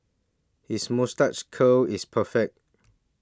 his moustache curl is perfect